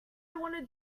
want